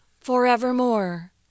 forevermore